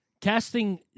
casting